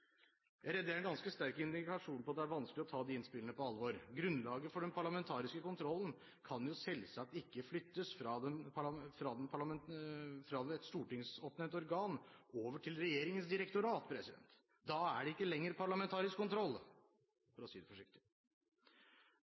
det er en ganske sterk indikasjon på at det er vanskelig å ta disse innspillene på alvor. Grunnlaget for den parlamentariske kontrollen kan selvsagt ikke flyttes fra et stortingsoppnevnt organ og over til regjeringens direktorat. Da er det ikke lenger parlamentarisk kontroll